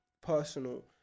personal